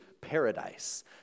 paradise